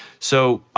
so,